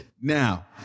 Now